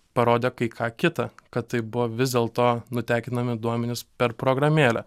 parodė kai ką kita kad tai buvo vis dėl to nutekinami duomenys per programėlę